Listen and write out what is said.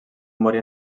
morir